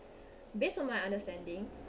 based on my understanding